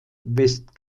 west